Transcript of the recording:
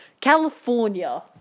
California